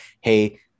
hey